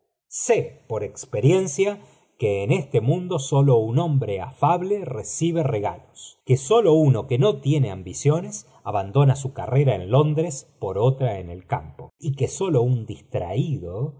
sé por experiencia que cu it e mundo sólo un hombre afable recibe regajos que sólo uno que no tiene ambiciones abandona su carrera en londres por otra en el campo y que sólo un distraído